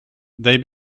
they